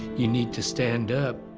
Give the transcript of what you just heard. you need to stand up.